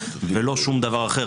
ולא שום דבר אחר.